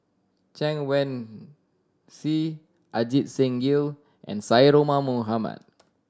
Chen Wen Hsi Ajit Singh Gill and Syed Omar Mohamed